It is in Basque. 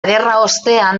gerraostean